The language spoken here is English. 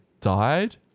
died